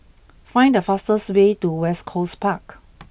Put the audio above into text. find the fastest way to West Coast Park